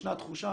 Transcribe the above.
ישנה תחושה